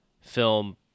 film